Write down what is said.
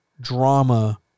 drama